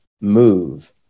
move